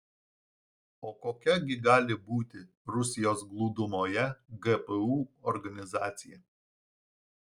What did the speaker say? o kokia gi gali būti rusijos glūdumoje gpu organizacija